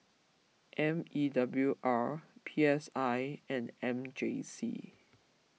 M E W R P S I and M J C